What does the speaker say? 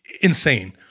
insane